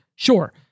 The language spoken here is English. Sure